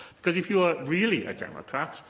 because, if you are really a democrat,